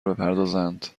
بپردازند